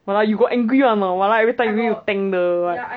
!walao! you got angry or not !walao! every time you need to tank the what